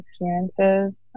experiences